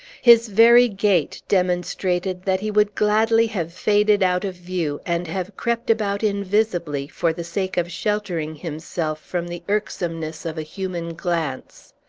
his very gait demonstrated that he would gladly have faded out of view, and have crept about invisibly, for the sake of sheltering himself from the irksomeness of a human glance.